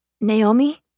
Naomi